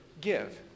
give